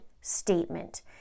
statement